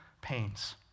pains